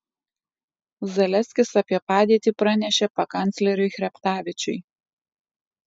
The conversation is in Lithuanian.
zaleskis apie padėtį pranešė pakancleriui chreptavičiui